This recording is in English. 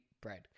bread